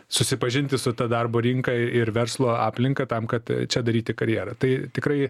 susipažinti su ta darbo rinka ir verslo aplinka tam kad čia daryti karjerą tai tikrai